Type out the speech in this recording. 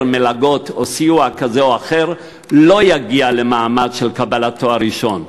מלגות או סיוע כזה או אחר לא יגיע למעמד של קבלת תואר ראשון.